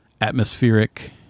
atmospheric